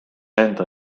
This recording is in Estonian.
enda